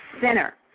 center